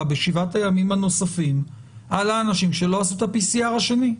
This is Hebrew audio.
בשבעת הימים הנוספים על האנשים שלא עשו את ה-PCR השני?